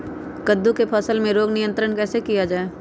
कददु की फसल में रोग नियंत्रण कैसे किया जाए?